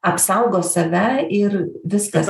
apsaugo save ir viskas